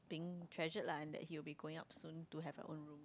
being treasured lah and that he will be going out soon to have a own